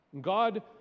God